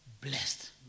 blessed